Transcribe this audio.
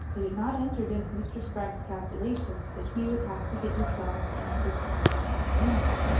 it had not entered into mr. spragg's calculations that he would have to give his daughter any fixed income on her marriage.